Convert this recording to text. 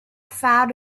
found